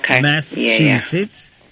Massachusetts